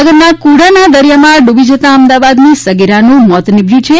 ભાવનગરના કુડાના દરિયામાં ડુબી જતા અમદાવાદની સગીરાનું મોત નિપશ્યું છે